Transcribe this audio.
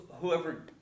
whoever